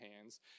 hands